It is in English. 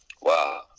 wow